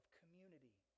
community